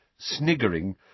Sniggering